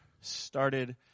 started